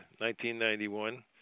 1991